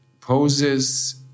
poses